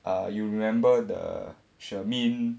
err you remember the shermin